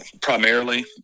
primarily